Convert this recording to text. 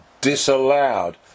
disallowed